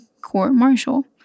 court-martial